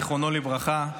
זיכרונו לברכה,